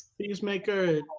peacemaker